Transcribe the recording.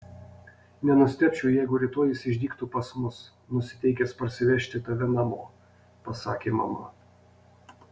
nenustebčiau jeigu rytoj jis išdygtų pas mus nusiteikęs parsivežti tave namo pasakė mama